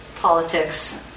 politics